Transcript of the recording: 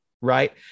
right